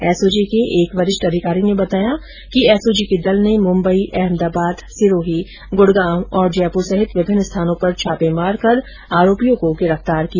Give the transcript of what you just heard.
SOG के एक वरिष्ठ अधिकारी ने बताया कि एसओजी के दल ने मुंबई अहमदाबाद सिरोही गुड़गांव और जयपुर सहित विभिन्न स्थानों पर छापे मार कर आरोपियो को गिरफतार किया